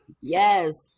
yes